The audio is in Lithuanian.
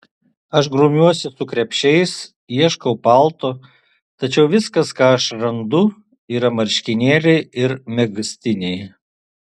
aš grumiuosi su krepšiais ieškau palto tačiau viskas ką aš randu yra marškinėliai ir megztiniai